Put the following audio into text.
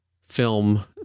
film